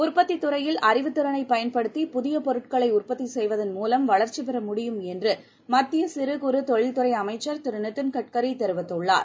உற்பத்தித் துறையில் அறிவுத்திறனை பயன்படுத்தி புதிய பொருட்களை உற்பத்தி செய்வதன் மூலம் வளர்ச்சிபெற முடியும் என்று மத்திய சிறு குறு தொழில்துறை அமைச்சர் திரு நிதின்கட்கரி தெரிவித்துள்ளார்